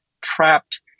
trapped